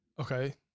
Okay